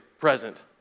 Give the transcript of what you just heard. present